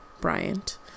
Bryant